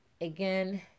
again